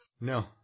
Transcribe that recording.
No